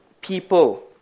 people